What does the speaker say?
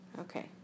Okay